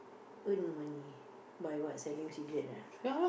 earn money by what selling cigarettes